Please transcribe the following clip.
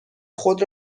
خود